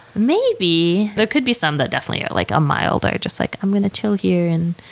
maybe. there could be some that definitely are like, a mild, or just like, i'm going to chill here and